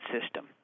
system